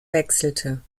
wechselte